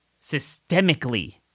systemically